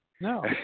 No